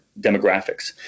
demographics